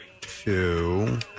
Two